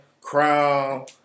Crown